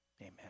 Amen